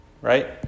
Right